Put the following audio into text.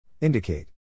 Indicate